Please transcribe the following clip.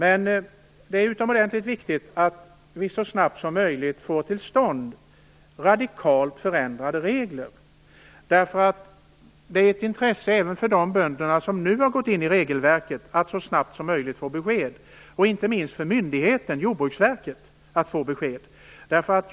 Men det är utomordentligt viktigt att vi så snabbt som möjligt får till stånd radikalt förändrade regler. Det är nämligen av intresse även för de bönder som nu har gått in i regelverket att så snabbt som möjligt få besked. Inte minst för myndigheten - Jordbruksverket - är det också viktigt att få besked.